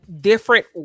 different